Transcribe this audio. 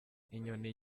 inyoni